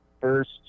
first